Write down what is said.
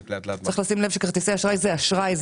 צריך לשים לב שכרטיסי אשראי זה אשראי,